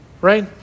Right